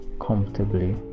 comfortably